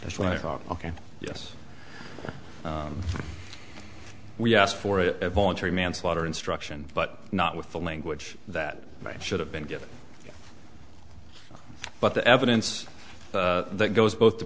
that's what i thought ok yes we asked for a voluntary manslaughter instruction but not with the language that should have been given but the evidence that goes both the